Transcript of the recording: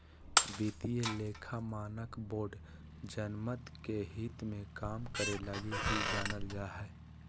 वित्तीय लेखा मानक बोर्ड जनमत के हित मे काम करे लगी ही जानल जा हय